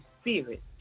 spirit